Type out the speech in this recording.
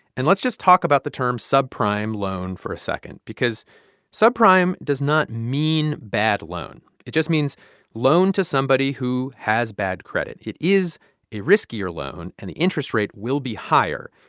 and let's just talk about the term subprime loan for a second because subprime does not mean bad loan, it just means loan to somebody who has bad credit. it is a riskier loan, and the interest rate will be higher.